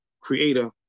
Creator